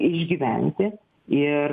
išgyventi ir